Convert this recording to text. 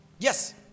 Yes